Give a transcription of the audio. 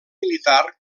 militar